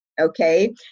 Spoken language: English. okay